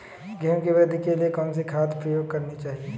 गेहूँ की वृद्धि के लिए कौनसी खाद प्रयोग करनी चाहिए?